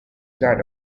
that